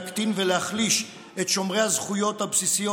להקטין ולהחליש את שומרי הזכויות הבסיסיות